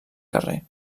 carrer